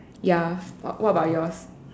ya what what about yours